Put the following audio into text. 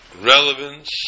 relevance